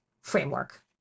framework